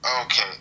Okay